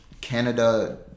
Canada